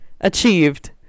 achieved